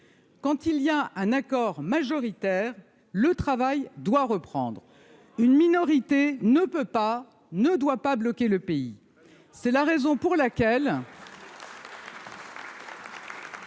Quand il y a un accord majoritaire, le travail doit reprendre une minorité ne peut pas, ne doit pas bloquer le pays, c'est la raison pour laquelle.